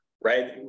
right